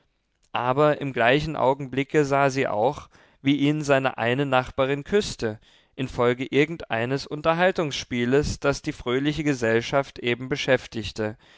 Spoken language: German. aber im gleichen augenblicke sah sie auch wie ihn seine eine nachbarin küßte infolge irgendeines unterhaltungsspieles das die fröhliche gesellschaft eben beschäftigte